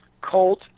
Colt